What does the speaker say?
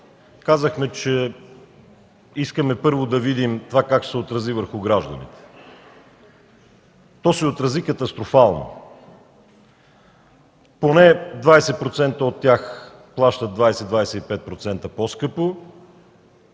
казахме, че искаме първо да видим това как ще се отрази върху гражданите. То се отрази катастрофално. Поне 20% от тях плащат 20-25% по-скъпо,